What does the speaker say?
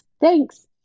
Thanks